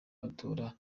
abatora